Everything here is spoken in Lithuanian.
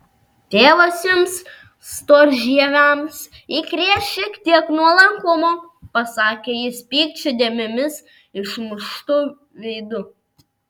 tėvas jums storžieviams įkrės šiek tiek nuolankumo pasakė jis pykčio dėmėmis išmuštu veidu